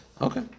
Okay